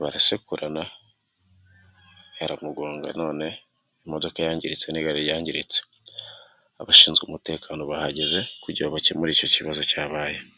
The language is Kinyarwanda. barasekurana iramugonga, none imodoka yangiritse nigare ryangiritse abashinzwe umutekano bahageze kugira ngo bakemura icyo kibazo cyabaye.